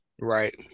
Right